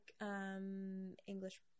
English